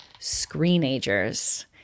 Screenagers